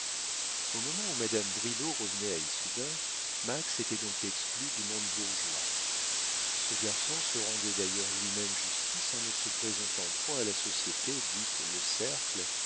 au moment où madame bridau revenait à issoudun max était donc exclus du monde bourgeois ce garçon se rendait d'ailleurs lui-même justice en ne se présentant point à la société dite le cercle